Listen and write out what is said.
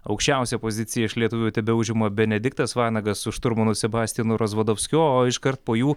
aukščiausią poziciją iš lietuvių tebeužima benediktas vanagas su šturmanu sebastijanu rozvadofskiu o iškart po jų